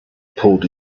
pulled